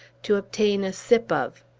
to obtain a sip of.